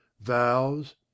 vows